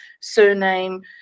surname